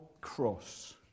cross